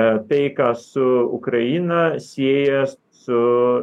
taiką su ukraina sieja su